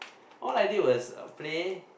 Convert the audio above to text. all I did was uh play